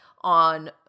on